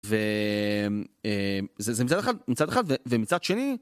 ו...אמ... זה זה מצד אחד מצד אחד ו... ומצד שני